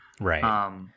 Right